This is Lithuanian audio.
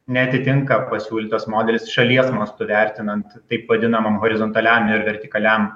neatitinka pasiūlytas modelis šalies mastu vertinant taip vadinamam horizontaliam ir vertikaliam